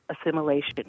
assimilation